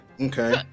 Okay